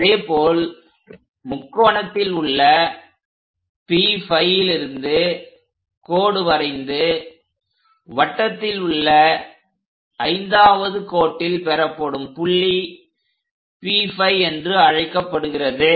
அதேபோல் முக்கோணத்தில் உள்ள P5லிருந்து கோடு வரைந்து வட்டத்தில் உள்ள 5வது கோட்டில் பெறப்படும் புள்ளி P5 என்று அழைக்கப்படுகிறது